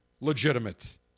legitimate